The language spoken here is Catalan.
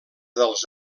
dels